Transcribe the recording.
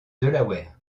delaware